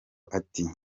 ati